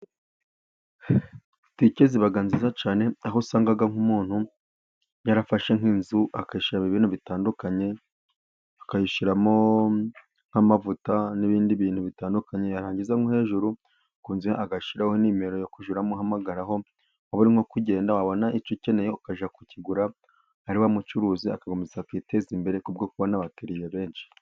Butike ziba nziza cyane aho usangaga nk'umuntu yarafashe nk'inzu agashaka ibintu bitandukanye akayishyiramo nk'amavuta n'ibindi bintu bitandukanye, yarangiza hejuru kunzu agashyiraho nimero ye hejuru bamuhamagaraho, urimo kugenda wabona icyo ukeneye ukajya kukigura ari wa mucuruzi akiteza imbere kubwo kubona abakiriya benshi.